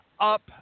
up